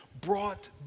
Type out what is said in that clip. brought